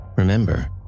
Remember